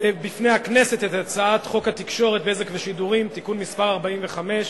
לפני הכנסת את הצעת חוק התקשורת (בזק ושידורים) (תיקון מס' 45)